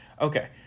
Okay